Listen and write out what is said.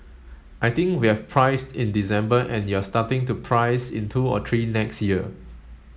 I think we have priced in December and you're starting to price in two or three next year